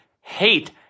hate